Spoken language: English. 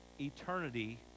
eternity